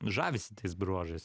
žavisi tais bruožais